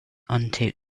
untaped